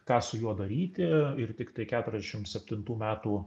ką su juo daryti ir tiktai keturiasdešim septintų metų